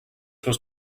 was